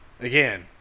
again